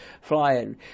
flying